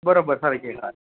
बरोबर सारके हय